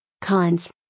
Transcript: Cons